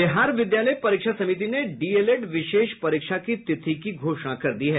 बिहार विद्यालय परीक्षा समिति ने डीएलएड विशेष परीक्षा की तिथि की घोषणा कर दी है